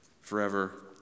forever